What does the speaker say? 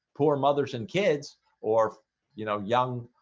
poor mothers and kids or you know young?